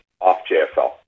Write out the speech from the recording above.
off-JFL